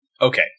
Okay